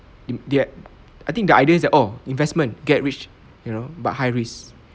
in their I think the idea is that oh investment get rich you know but high risk